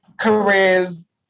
careers